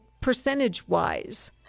percentage-wise